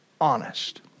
honest